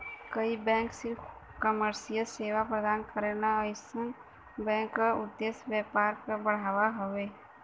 कई बैंक सिर्फ कमर्शियल सेवा प्रदान करलन अइसन बैंक क उद्देश्य व्यापार क बढ़ाना हउवे